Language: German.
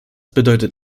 bedeutet